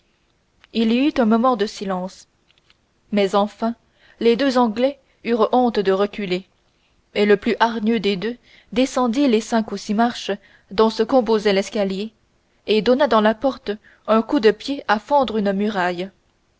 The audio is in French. il y eut un moment de silence mais enfin les deux anglais eurent honte de reculer et le plus hargneux des deux descendit les cinq ou six marches dont se composait l'escalier et donna dans la porte un coup de pied à fendre une muraille